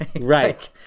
Right